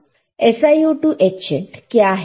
SiO2 etchant क्या है